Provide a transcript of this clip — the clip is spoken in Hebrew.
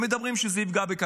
הם מדברים על כך שזה יפגע בכלכלה,